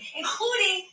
including